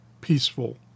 peaceful